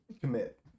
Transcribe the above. Commit